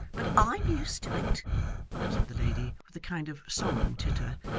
but i am used to it said the lady with a kind of solemn titter,